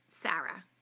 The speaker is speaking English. sarah